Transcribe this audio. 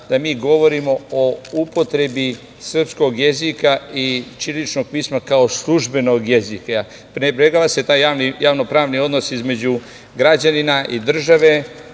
da mi govorimo o upotrebi srpskog jezika i ćiriličnog pisma kao službenog jezika. Prenebregava se taj javno-pravni odnos između građanina i države,